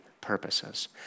purposes